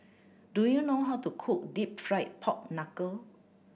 do you know how to cook Deep Fried Pork Knuckle